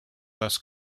less